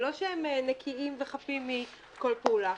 זה לא שהם נקיים וחפים מכל פעולה.